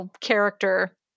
character